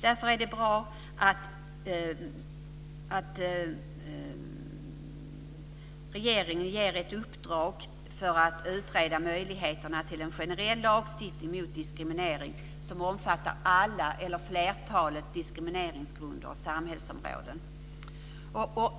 Därför är det bra att regeringen ger ett uppdrag att utreda möjligheterna till en generell lagstiftning mot diskriminering som omfattar alla eller flertalet diskrimineringsgrunder och samhällsområden.